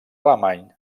alemany